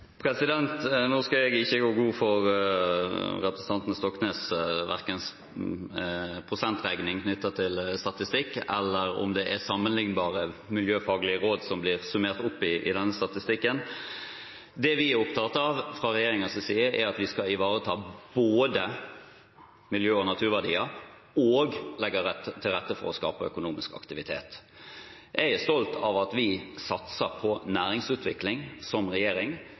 jeg ikke gå god for verken representanten Stoknes’ prosentregning knyttet til statistikk eller at det er sammenlignbare miljøfaglige råd som blir summert opp i denne statistikken. Det vi er opptatt av fra regjeringens side, er at vi både skal ivareta miljø- og naturverdier og legge til rette for økonomisk aktivitet. Jeg er stolt av at vi som regjering satser på næringsutvikling.